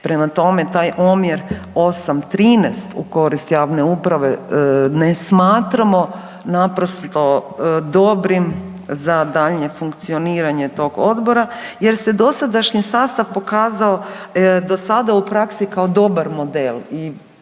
Prema tome, taj omjer 8:13 u korist javne uprave ne smatramo naprosto dobrim za daljnje funkcioniranje tog odbora jer se dosadašnji sastav pokazao dosada u praksi kao dobar model